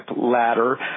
ladder